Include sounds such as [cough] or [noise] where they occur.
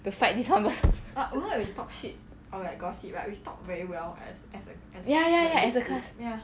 to fight this hummus [laughs] ya ya ya as a class